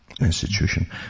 institution